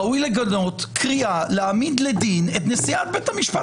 ראוי לגנות קריאה להעמיד לדין את נשיאת בית המשפט העליון?